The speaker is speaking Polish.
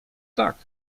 tak